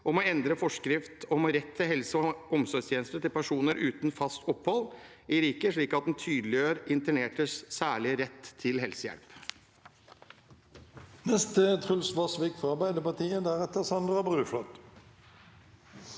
om å endre forskrift om rett til helse- og omsorgstjenester til personer uten fast opphold i riket slik at den tydeliggjør internertes særlige rett til helsehjelp.